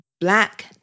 black